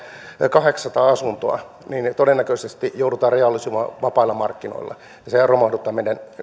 kahdeksansataa asuntoa todennäköisesti joudutaan realisoimaan vapailla markkinoilla sehän romahduttaa